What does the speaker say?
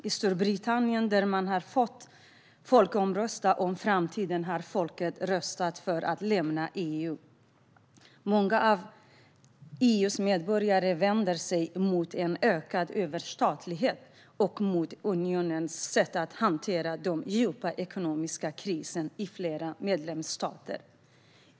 I Storbritannien, där man har fått folkomrösta om framtiden, har folket röstat för att lämna EU. Många av EU:s medborgare vänder sig mot en ökad överstatlighet och mot unionens sätt att hantera de djupa ekonomiska kriserna i flera medlemsstater.